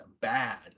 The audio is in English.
bad